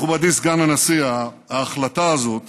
מכובדי סגן הנשיא, ההחלטה הזאת